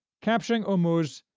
capturing ormuz,